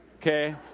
Okay